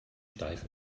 steif